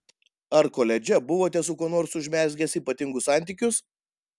ar koledže buvote su kuo nors užmezgęs ypatingus santykius